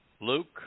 Luke